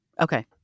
Okay